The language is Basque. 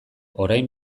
orain